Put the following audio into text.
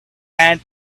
and